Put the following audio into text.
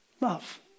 Love